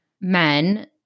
men